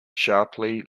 sharply